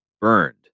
burned